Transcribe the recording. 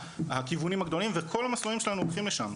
הכיוונים הגדולים וכל המסלולים שלנו הולכים לשם.